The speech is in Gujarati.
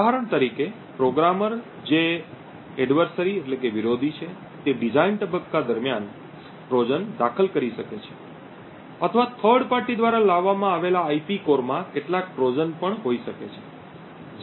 ઉદાહરણ તરીકે પ્રોગ્રામર જે વિરોધી છે તે ડિઝાઇન તબક્કા દરમિયાન ટ્રોજન દાખલ કરી શકે છે અથવા થર્ડ પાર્ટી દ્વારા લાવવામાં આવેલા IP core માં કેટલાક ટ્રોજન પણ હોઈ શકે છે જે સરળતાથી શોધી શકાતા નથી